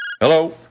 Hello